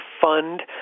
fund